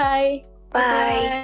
Bye-bye